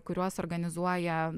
kuriuos organizuoja